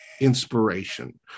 inspiration